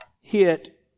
hit